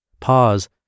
Pause